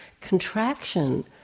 contraction